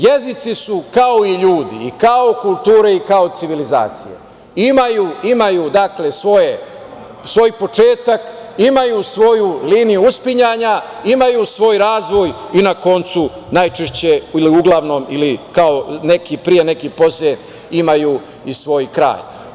Jezici su kao i ljudi, i kao kultura i kao civilizacija, imaju svoj početak, imaju svoju liniju uspinjanja, imaju svoj razvoj i na kraju, najčešće, ili uglavnom, neki pre, neki posle, imaju i svoj kraj.